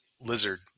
lizard